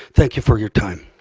thank you for your time.